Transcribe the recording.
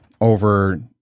over